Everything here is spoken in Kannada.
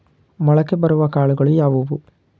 ಮೊಳಕೆ ಬರುವ ಕಾಳುಗಳು ಯಾವುವು?